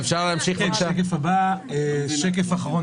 כן, שקף אחרון.